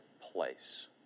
place